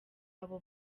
abo